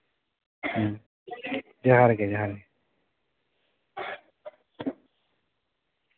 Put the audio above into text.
ᱦᱩᱸ ᱡᱚᱦᱟᱨ ᱜᱮ ᱡᱚᱦᱟᱨ ᱜᱮ